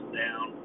down